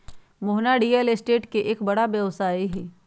Mohana real estate के एक बड़ा व्यवसायी हई